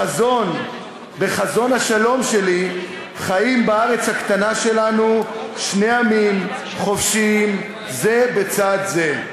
בחזון השלום שלי חיים בארץ הקטנה שלנו שני עמים חופשיים זה בצד זה.